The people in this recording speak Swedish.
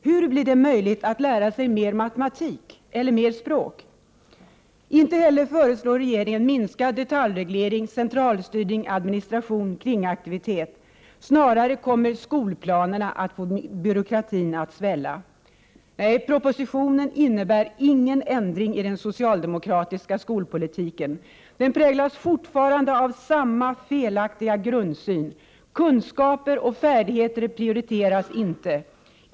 Hur blir det möjligt att lära sig mer matematik eller mer språk? Ej heller föreslår regeringen minskad detaljreglering, centralstyrning, administration, kringaktivitet. Snarare kommer skolplanerna att få byråkratin att svälla. Propositionen innebär ingen ändring i den socialdemokratiska skolpolitiken. Den präglas fortfarande av samma felaktiga grundsyn. Kunskaper och färdigheter prioriteras inte.